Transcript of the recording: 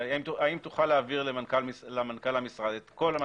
האם תוכל להעביר למנכ"ל המשרד את כל מה